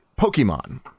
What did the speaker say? Pokemon